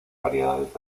variedades